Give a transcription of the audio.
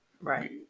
Right